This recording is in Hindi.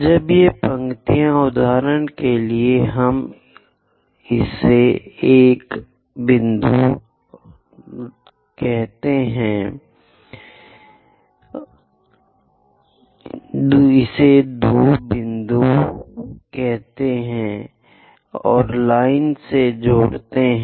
जब ये पंक्तियाँ उदाहरण के लिए हम इसे एक 1 बिंदु और 1 बिंदु को एक रेखा से जोड़ते हैं